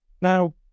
Now